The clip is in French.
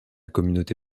communauté